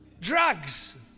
drugs